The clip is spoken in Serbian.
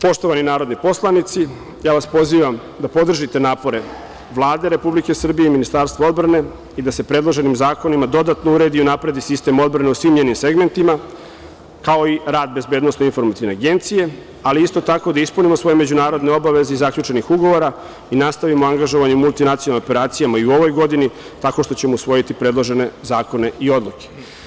Poštovani narodni poslanici, pozivam vas da podržite napore Vlade Republike Srbije i Ministarstva odbrane i da se predloženim zakonima dodatno uredi i unapredi sistem odbrane u svim njenim segmentima kao i rad BIA, ali isto tako da ispunimo svoje međunarodne obaveze zaključenih ugovora i nastavimo angažovanje u multinacionalnim operacijama i ove godine tako što ćemo usvojiti predložene zakone i odluke.